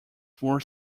four